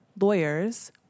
lawyers